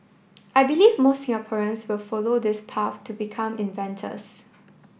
I believe more Singaporeans will follow this path to become inventors